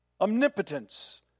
omnipotence